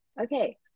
okay